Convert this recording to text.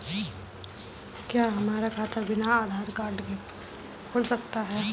क्या हमारा खाता बिना आधार कार्ड के खुल सकता है?